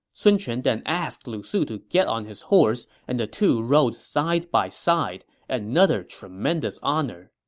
sun quan then asked lu su to get on his horse, and the two rode side by side, another tremendous honor